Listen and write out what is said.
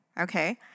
okay